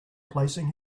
placing